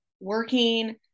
working